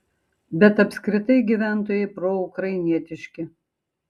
bet apskritai gyventojai proukrainietiški